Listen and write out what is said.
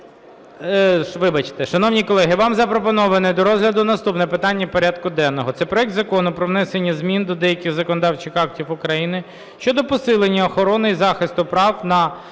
Вибачте! Шановні колеги, вам запропоновано до розгляду наступне питання порядку денного – це проект Закону про внесення змін до деяких законодавчих актів України щодо посилення охорони і захисту прав на